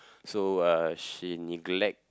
so uh she neglect